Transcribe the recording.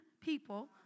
people